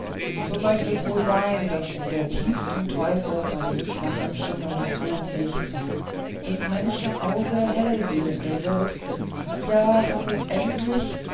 so möcht es wohl sein daß in der tiefsten teufe bei dem schwachen schimmer des grubenlichts des menschen auge hellsehender wird ja daß es endlich